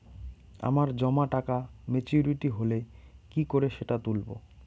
আমার জমা টাকা মেচুউরিটি হলে কি করে সেটা তুলব?